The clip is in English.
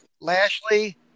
Lashley